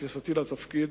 עם כניסתי לתפקיד,